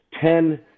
Ten